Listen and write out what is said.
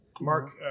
Mark